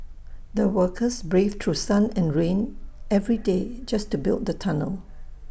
the workers braved through sun and rain every day just to build the tunnel